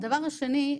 דבר שני,